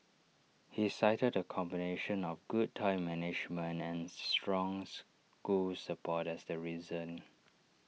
he cited A combination of good time management and strong school support as the reason